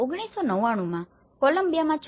1999માં કોલમ્બિયામાં 6